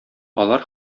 алар